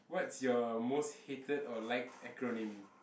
what's your most hated or liked acronym